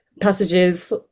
passages